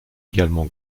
également